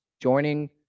joining